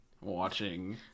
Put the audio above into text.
watching